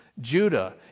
Judah